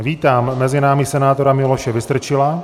Vítám mezi námi senátora Miloše Vystrčila.